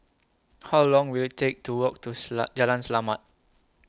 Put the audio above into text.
How Long Will IT Take to Walk to Jalan Selamat